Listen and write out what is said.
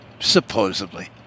supposedly